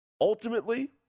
Ultimately